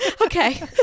Okay